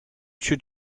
should